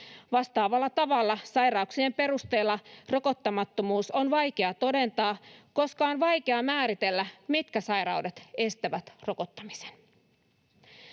Vastaavalla tavalla sairauksien perusteella rokottamattomuus on vaikea todentaa, koska on vaikea määritellä, mitkä sairaudet estävät rokottamisen.